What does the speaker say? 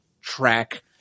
track